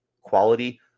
quality